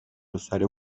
usuario